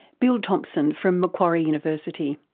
bill thompson from macquarie university.